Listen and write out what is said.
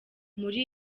muri